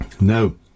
no